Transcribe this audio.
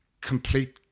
complete